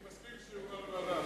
אני מסכים שזה יועבר לוועדה.